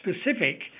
specific